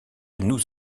nous